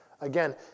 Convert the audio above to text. Again